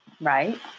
Right